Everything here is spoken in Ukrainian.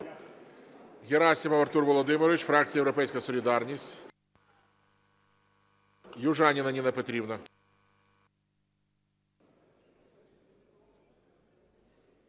Герасимов Артур Володимирович, фракція "Європейська солідарність". Южаніна Ніна Петрівна.